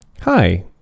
Hi